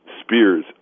spears